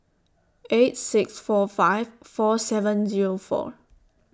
eight six four five four seven Zero four